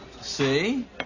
See